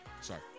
Sorry